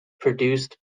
produced